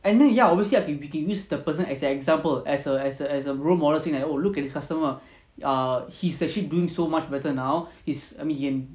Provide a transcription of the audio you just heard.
and then ya obviously I can we can use the person as an example as a as a as a role model thing like oh look at the customer err he's actually doing so much better now he's I mean he can